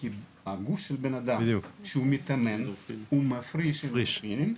כי גוף של אדם כשהוא מתאמן הוא מפריש אנדורפינים,